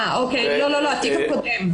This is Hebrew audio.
אי אפשר להגיע להסדר טיעון בלי אישור של פרקליט המחוז.